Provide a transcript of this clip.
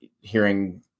hearing